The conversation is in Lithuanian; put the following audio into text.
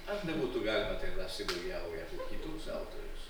ar nebūtų galima ten rasti daugiau ir kitus autorius